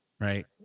Right